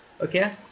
okay